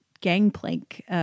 gangplank